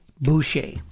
Boucher